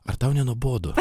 ar tau nenuobodu